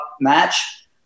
match